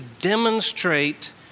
demonstrate